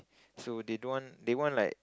so they don't want they want like